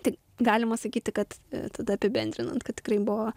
tik galima sakyti kad tada apibendrinant kad tikrai buvo